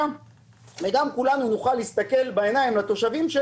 וגם כולנו נוכל להסתכל בעיניים לתושבים,